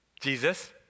Jesus